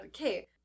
Okay